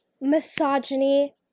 misogyny